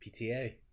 pta